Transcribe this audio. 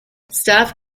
staff